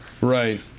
Right